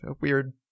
weird